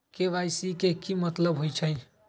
KYC के कि मतलब होइछइ?